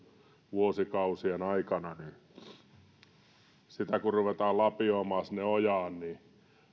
vuosikausien aikana ja sitä kun ruvetaan lapioimaan sinne ojaan niin